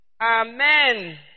Amen